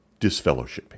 disfellowshipping